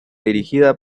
dirigida